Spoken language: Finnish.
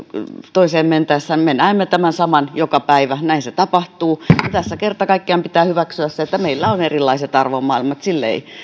toiseen mentäessä me näemme tämän saman joka päivä näin se tapahtuu ja tässä kerta kaikkiaan pitää hyväksyä se että meillä on erilaiset arvomaailmat sille ei